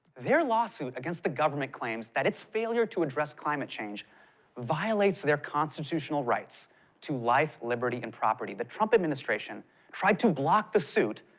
their lawsuit against the government claims that its failure to address climate change violates their constitutional rights to life, liberty and property. the trump administration tried to block the suit,